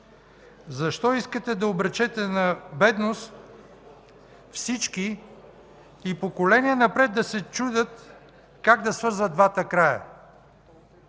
Защо искате да обречете на бедност всички и поколения напред да се чудят как да свързват двата края?